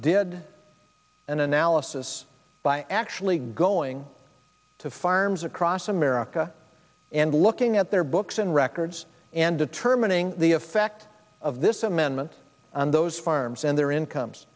did an analysis by actually going to farms across america and looking at their books and records and determining the effect of this amendment on those farms and their incomes